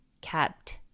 kept